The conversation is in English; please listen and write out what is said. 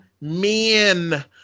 men